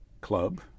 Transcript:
Club